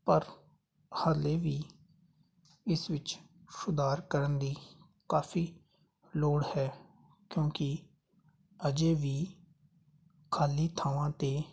ਪਰ ਹਜੇ ਵੀ ਇਸ ਵਿੱਚ ਸੁਧਾਰ ਕਰਨ ਦੀ ਕਾਫ਼ੀ ਲੋੜ ਹੈ ਕਿਉਂਕੀ ਅਜੇ ਵੀ ਖਾਲੀ ਥਾਵਾਂ 'ਤੇ